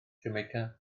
jamaica